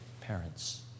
parents